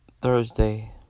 Thursday